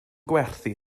gwerthu